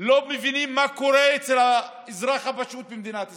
לא מבינים מה קורה אצל האזרח הפשוט במדינת ישראל.